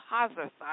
Positive